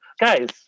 guys